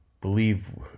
believe